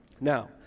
Now